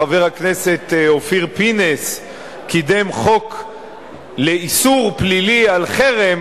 חבר הכנסת אופיר פינס קידם חוק לאיסור פלילי על חרם,